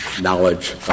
knowledge